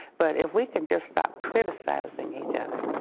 but if we can just stop criticizing each other,